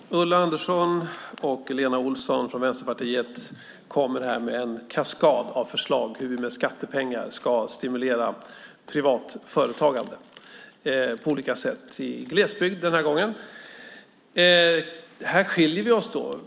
Herr talman! Ulla Andersson och Lena Olsson från Vänsterpartiet kommer här med en kaskad av förslag på hur vi med skattepengar ska stimulera privat företagande på olika sätt, i glesbygd den här gången. Här skiljer vi oss åt.